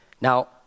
Now